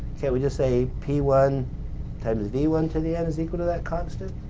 can't we just say p one times v one to the n is equal to that constant?